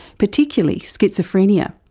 particularly schizophrenia.